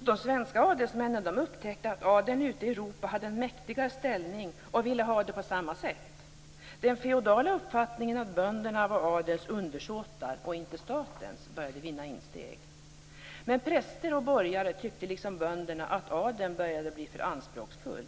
De svenska adelsmännen upptäckte att adeln ute i Europa hade en mäktigare ställning och ville ha det på samma sätt. Den feodala uppfattningen att bönderna var adelns, inte statens, underståtar började vinna insteg. Men präster och borgare tyckte liksom bönderna att adeln började bli för anspråksfull.